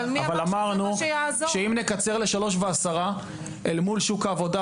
אבל אמרנו שאם נקצר ל-15:10 אל מול שוק העבודה,